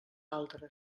altres